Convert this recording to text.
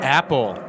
apple